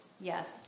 Yes